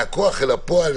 מהכוח אל הפועל,